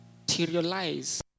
materialize